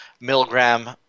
milligram